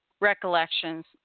recollections